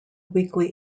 weekly